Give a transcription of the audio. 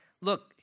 look